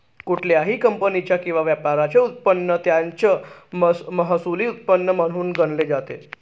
कुठल्याही कंपनीचा किंवा व्यापाराचे उत्पन्न त्याचं महसुली उत्पन्न म्हणून गणले जाते